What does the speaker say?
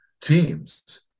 teams